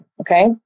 okay